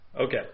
Okay